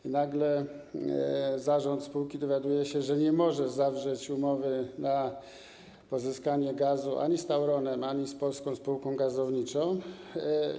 I nagle zarząd spółki dowiaduje się, że nie może zawrzeć umowy na pozyskanie gazu ani z Tauronem, ani z Polską Spółką Gazownictwa.